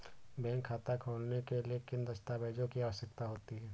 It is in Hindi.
बैंक खाता खोलने के लिए किन दस्तावेजों की आवश्यकता होती है?